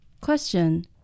question